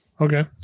Okay